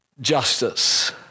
justice